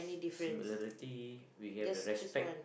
similarity we have the respect